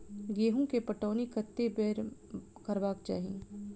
गेंहूँ केँ पटौनी कत्ते बेर करबाक चाहि?